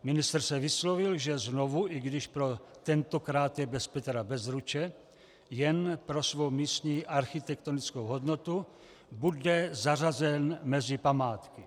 Ministr se vyslovil, že znovu, i když protentokráte bez Petra Bezruče, jen pro svou místní architektonickou hodnotu bude zařazen mezi památky.